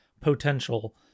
potential